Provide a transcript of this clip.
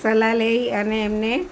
સલાહ લઈ અને એમને